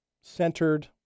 centered